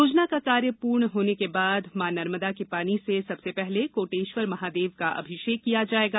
योजना का कार्य पूर्ण होने के बाद मॉ नर्मदा के पानी से सबसे पहले कोटेश्वर महादेव का अभिषेक किया जायेगा